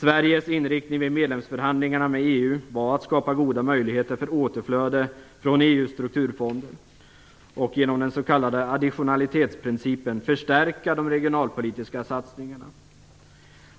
Sveriges inriktning vid medlemskapsförhandlingarna med EU var att skapa goda möjligheter för återflöde från EU:s strukturfonder och genom den s.k. additionalitetsprincipen förstärka de regionalpolitiska satsningarna.